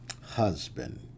husband